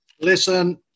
Listen